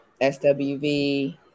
SWV